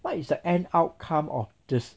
what is the end outcome of this